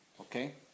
Okay